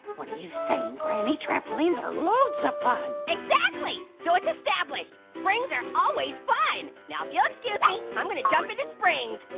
what are you saying, granny? trampolines are loads of fun. exactly. so it's established. springs are always fun. now if you'll excuse me, i'm gonna jump into springs.